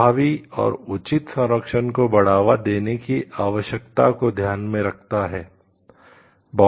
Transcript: प्रभावी और उचित संरक्षण को बढ़ावा देने की आवश्यकता को ध्यान में रखता है